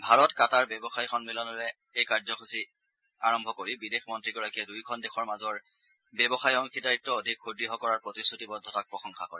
ভাৰত কাটাৰ ব্যৱসায় সম্মিলনৰে এই অমণসূচী আৰম্ভ কৰি বিদেশ মন্ত্ৰীগৰাকীয়ে দুয়োখন দেশৰ মাজৰ ব্যৱসায় অংশীদাৰত্ব অধিক সুদ্ঢ় কৰাৰ প্ৰতিশ্ৰুতিবদ্ধতাক প্ৰশংসা কৰে